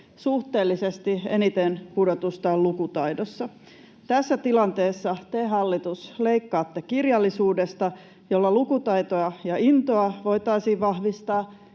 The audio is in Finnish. Suhteellisesti eniten pudotusta on lukutaidossa. Tässä tilanteessa te, hallitus, leikkaatte kirjallisuudesta, jolla lukutaitoa ja ‑intoa voitaisiin vahvistaa,